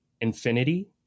infinity